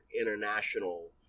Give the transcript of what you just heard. international